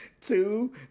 two